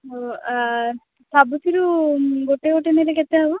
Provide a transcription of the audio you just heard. ଓ ସବୁଥିରୁ ଗୋଟେ ଗୋଟେ ନେଲେ କେତେ ହବ